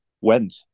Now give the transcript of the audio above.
went